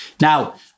Now